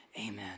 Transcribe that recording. amen